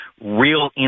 real